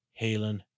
Halen